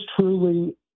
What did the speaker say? truly